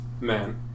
man